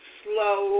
slow